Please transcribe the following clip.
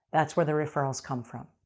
that's where the referrals come from.